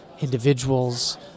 individuals